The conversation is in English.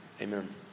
Amen